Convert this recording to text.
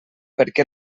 perquè